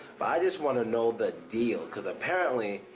but i just wanna know that deal cause apparently,